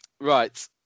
right